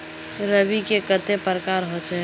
रवि के कते प्रकार होचे?